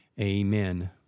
Amen